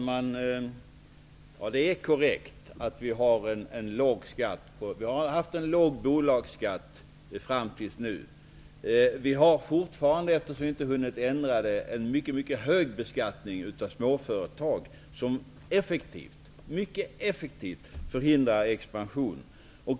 Herr talman! Det är korrekt att vi har haft låg bolagsskatt fram till nu. Vi har fortfarande -- eftersom vi inte har hunnit ändra det -- en mycket hög beskattning av småföretag, en beskattning som mycket effektivt förhindrar expansion.